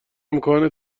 امکان